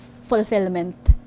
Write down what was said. fulfillment